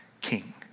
king